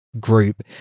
group